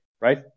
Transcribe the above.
right